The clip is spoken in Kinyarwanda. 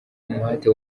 umuhate